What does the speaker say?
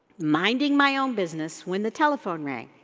minding my own business when the telephone rang